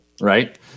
Right